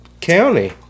county